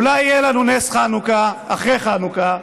אולי יהיה לנו נס חנוכה אחרי חנוכה,